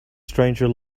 stranger